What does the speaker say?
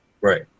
Right